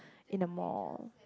in the mall